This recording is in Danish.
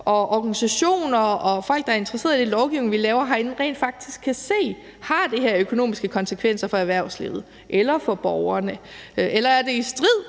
og organisationerne og de folk, der er interesserede i den lovgivning, vi laver herinde, rent faktisk kan se, om det her har økonomiske konsekvenser for erhvervslivet eller for borgerne, eller om det er i strid